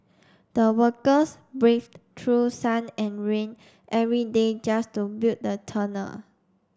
the workers braved through sun and rain every day just to build the tunnel